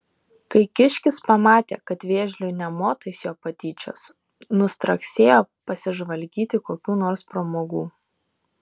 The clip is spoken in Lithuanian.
kai kiškis pamatė kad vėžliui nė motais jo patyčios nustraksėjo pasižvalgyti kokių nors pramogų